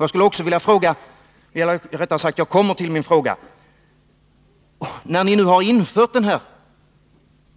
Min fråga blir då: När ni nu har infört den här